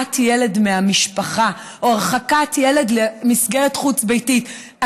ילד מהמשפחה או הרחקת ילד למסגרת חוץ-ביתית.